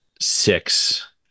six